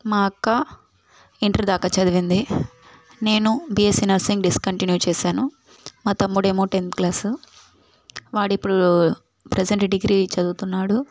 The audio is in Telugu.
మా అక్క ఇంటర్ దాకా చదివింది నేను బిఎస్సి నర్సింగ్ డిస్కంటిన్యూ చేశాను మా తమ్ముడేమో టెంత్ క్లాసు వాడు ఇప్పుడు ప్రజెంట్ డిగ్రీ చదువుతున్నాడు